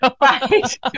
right